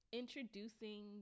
introducing